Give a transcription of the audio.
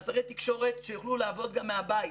עזרי תקשורת שיוכלו לעבוד גם מהבית.